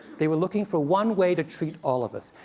they were looking for one way to treat all of us.